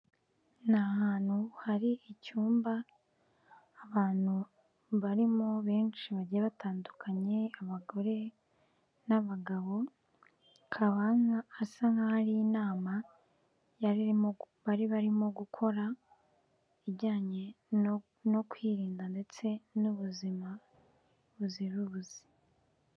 Ni ahantu hari icyumba abantu barimo benshi bagiye batandukanye abagore n'abagabo, hakaba hasa nk'ahari inama bari barimo gukora ijyanye no kwirinda ndetse n'ubuzima buzira umuze.